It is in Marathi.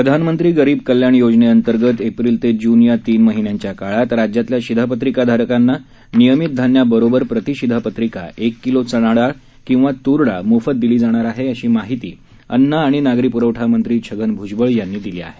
प्रधानमंत्री गरीब कल्याण योजने अंतर्गत एप्रिल ते जून या तीन महिन्यांच्या काळात राज्यातल्या शिधापत्रिका धारकांना नियमित धान्या बरोबर प्रति शिधापत्रिका एक किलो चणा डाळ अथवा तूर डाळ मोफत दिली जाईल अशी माहिती अन्न आणि नागरीपुरवठा मंत्री छगन भुजबळ यांनी दिली आहे